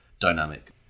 dynamic